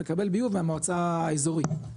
ומקבל ביוב מהמועצה האזורית,